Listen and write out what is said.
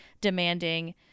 demanding